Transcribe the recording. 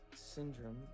syndrome